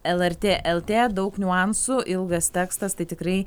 el er tė el tė daug niuansų ilgas tekstas tai tikrai